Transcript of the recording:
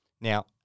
Now